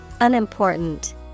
Unimportant